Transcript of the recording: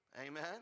Amen